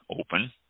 open